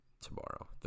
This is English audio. tomorrow